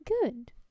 Good